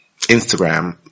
Instagram